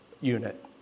unit